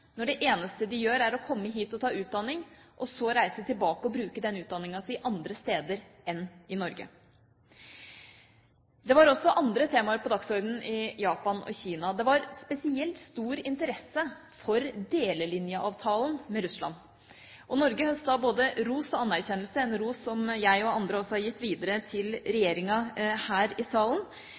når det eneste de gjør, er å komme hit og ta utdanning og så reise tilbake og bruke den utdanninga si andre steder enn i Norge. Det var også andre temaer på dagsordenen i Japan og Kina. Det var spesielt stor interesse for delelinjeavtalen med Russland. Norge høstet både ros og anerkjennelse, en ros som både jeg og andre har gitt videre til regjeringa her i salen.